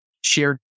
shared